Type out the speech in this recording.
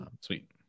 sweet